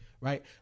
right